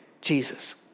Jesus